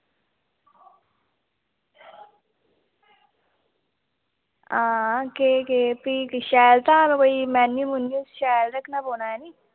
हां केह् केह् भी शैल धाम ऐ कोई मेन्यू मून्यू शैल रक्खना पौना ऐ नी